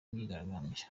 myigaragambyo